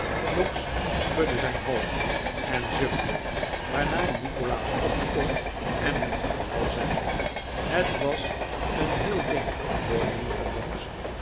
noggs schudde zijn hoofd en zuchtte waarna nikolaas opstond en hem vaarwel zei het was een heel ding voor newman noggs